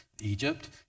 Egypt